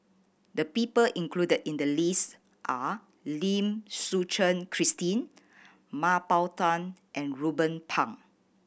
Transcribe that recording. the people included in the list are Lim Suchen Christine Mah Bow Tan and Ruben Pang